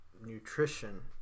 nutrition